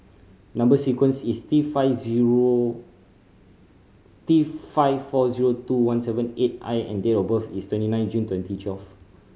number sequence is T five zero T five four zero two one seven eight I and date of birth is twenty nine June twenty twelve